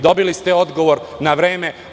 Dobili ste odgovor na vreme.